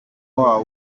wabo